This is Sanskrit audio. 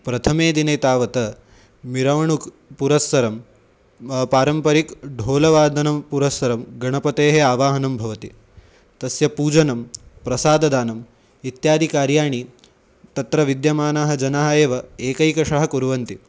प्रथमे दिने तावत् मिरवणुक् पुरस्सरं पारम्परिकढोलवादनेन पुरस्सरं गणपतेः आवाहनं भवति तस्य पूजनं प्रसाददानम् इत्यादिकार्याणि तत्र विद्यमानाः जनाः एव एकैकशः कुर्वन्ति